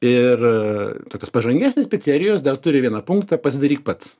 ir tokios pažangesnės picerijos dar turi vieną punktą pasidaryk pats